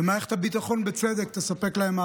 מערכת הביטחון תספק להם,